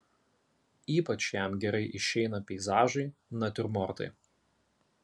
ypač jam gerai išeina peizažai natiurmortai